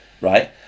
right